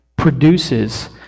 Produces